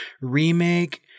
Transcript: remake